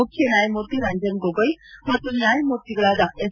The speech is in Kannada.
ಮುಖ್ಯ ನ್ಯಾಯಮೂರ್ತಿ ರಂಜನ್ ಗೊಗೊಯ್ ಮತ್ತು ನ್ಯಾಯಮೂರ್ತಿಗಳಾದ ಎಸ್